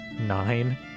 Nine